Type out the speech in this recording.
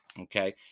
Okay